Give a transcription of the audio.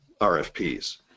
RFPs